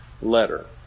letter